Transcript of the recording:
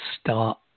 start